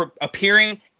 appearing